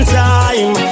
time